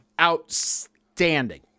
outstanding